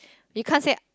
you can't say